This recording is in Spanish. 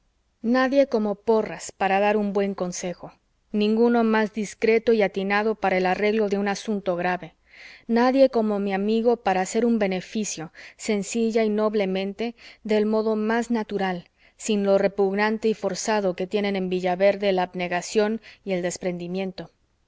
nadie como porras para dar un buen consejo ninguno mas discreto y atinado para el arreglo de un asunto grave nadie como mi amigo para hacer un beneficio sencilla y noblemente del modo más natural sin lo repugnante y forzado que tienen en villaverde la abnegación y el desprendimiento